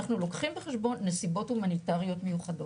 אנחנו לוקחים בחשבון נסיבות הומניטאריות מיוחדות.